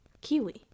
kiwi